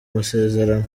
masezerano